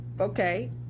okay